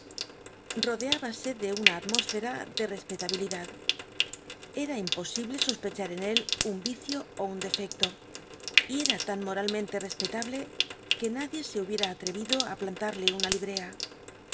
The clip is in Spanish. iodetibasc de una atmósfcm de respetabilidad era imposible so pechar en él un icio ú un defecto y cm tan moralmente respetable que nadie se hubica alre ido i plantarle una libea